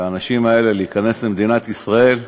לאנשים האלה להיכנס למדינת ישראל,